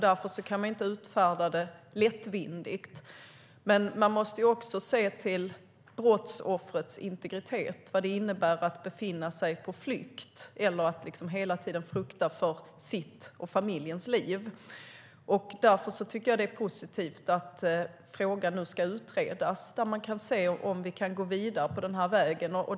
Därför kan man inte utfärda det lättvindigt. Men man måste också se till brottsoffrets integritet och vad det innebär att befinna sig på flykt eller hela tiden frukta för sitt och familjens liv. Därför tycker jag att det är positivt att frågan nu ska utredas så att man kan se om vi kan gå vidare på den här vägen.